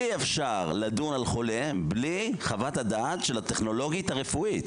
אי אפשר לדון על חולה בלי חוות הדעת של הטכנולוגית הרפואית.